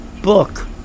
book